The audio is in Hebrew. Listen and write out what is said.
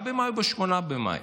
ב-9 במאי או ב-8 במאי?